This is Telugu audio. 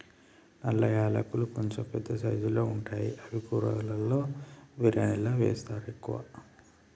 నల్ల యాలకులు కొంచెం పెద్ద సైజుల్లో ఉంటాయి అవి కూరలలో బిర్యానిలా వేస్తరు ఎక్కువ